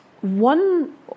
one